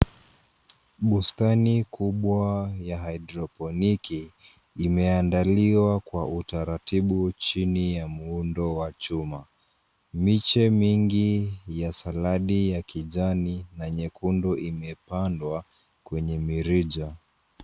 Bustani kubwa ya haidroponiki imeandaliwa kwa utaratibu chini ya muundo wa chuma, miche mingi ya saladi ya kijani na nyekundu imepandwa kwenye mirija.